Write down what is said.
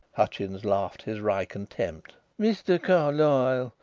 hutchins laughed his wry contempt. mr. carlyle!